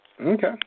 Okay